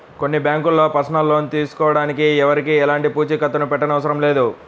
కొన్ని బ్యాంకుల్లో personal loan తీసుకోడానికి ఎవరికీ ఎలాంటి పూచీకత్తుని పెట్టనవసరం లేదంట